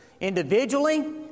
individually